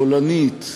קולנית,